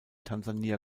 tansania